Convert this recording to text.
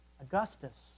Augustus